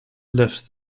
left